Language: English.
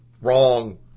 wrong